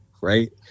right